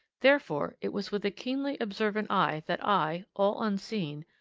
therefore it was with a keenly observant eye that i, all unseen,